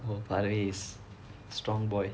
parthen is strong boy